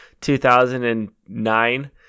2009